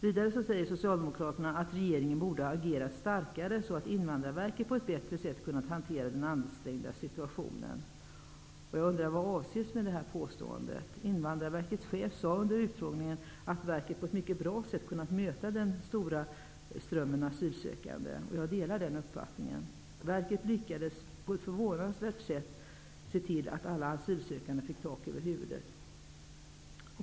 Vidare säger Socialdemokraterna att regeringen borde ha agerat starkare, så att Invandrarverket på ett bättre sätt hade kunnat hantera den mycket ansträngda situationen. Vad avses med detta påstående? Invandrarverkets chef sade under utfrågningen att verket på ett mycket bra sätt kunnat möta den stora strömmen asylsökande. Jag delar den uppfattningen. Verket lyckades på ett förvånansvärt bra sätt se till att alla asylsökande fick tak över huvudet.